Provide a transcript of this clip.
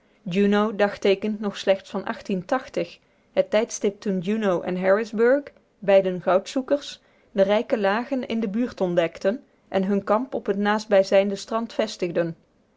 juneau dagteekent nog slechts van het tijdstip toen juneau en harrisburg beiden goudzoekers de rijke lagen in den buurt ontdekten en hun kamp op het naastbijzijnde strand vestigden